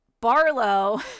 Barlow